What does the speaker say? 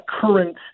current